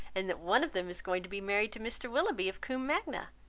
and that one of them is going to be married to mr. willoughby of combe magna.